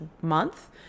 month